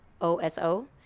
O-S-O